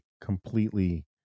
completely